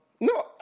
No